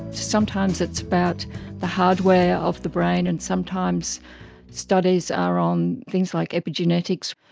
sometimes it's about the hardware of the brain, and sometimes studies are on things like epigenetics.